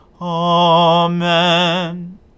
Amen